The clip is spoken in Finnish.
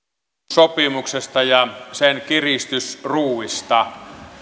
kasvusopimuksesta ja sen kiristysruuvista